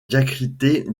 diacritée